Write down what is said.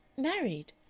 married?